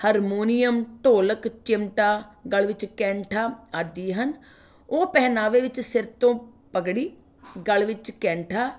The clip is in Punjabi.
ਹਰਮੋਨੀਅਮ ਢੋਲਕ ਚਿਮਟਾ ਗਲ਼ ਵਿੱਚ ਕੈਂਠਾ ਆਦਿ ਹਨ ਉਹ ਪਹਿਨਾਵੇ ਵਿੱਚ ਸਿਰ ਤੋਂ ਪੱਗੜੀ ਗਲ਼ ਵਿੱਚ ਕੈਂਠਾ